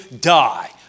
die